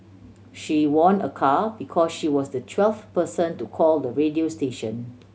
she won a car because she was the twelfth person to call the radio station